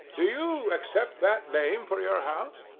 do you accept that name for your house?